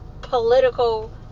political